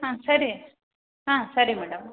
ಹಾಂ ಸರಿ ಹಾಂ ಸರಿ ಮೇಡಂ